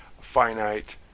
finite